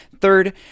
Third